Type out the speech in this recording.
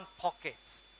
pockets